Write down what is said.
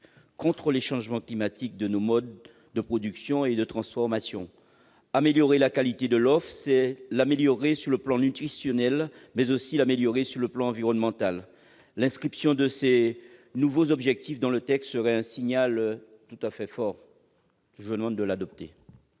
contre les changements climatiques dans nos modes de production et de transformation. Améliorer la qualité de l'offre, c'est l'améliorer sur le plan nutritionnel, mais aussi sur le plan environnemental. L'inscription de ces nouveaux objectifs dans le texte serait un signal très fort. L'amendement